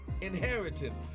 inheritance